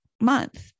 month